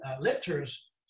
lifters